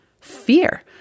fear